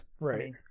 Right